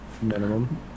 minimum